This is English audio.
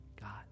God